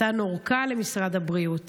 נתן ארכה למשרד הבריאות